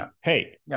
Hey